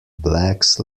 blacks